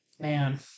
Man